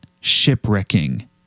shipwrecking